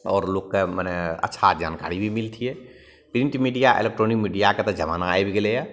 आओर लोककेँ मने अच्छा जानकारी भी मिलतिए प्रिन्ट मीडिआ इलेक्ट्रॉनिक मीडिआके तऽ जमाना आबि गेलै यऽ